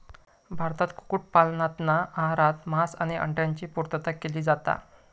भारतात कुक्कुट पालनातना आहारात मांस आणि अंड्यांची पुर्तता केली जाता